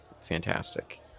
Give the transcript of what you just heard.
fantastic